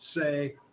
say